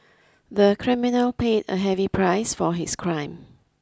the criminal paid a heavy price for his crime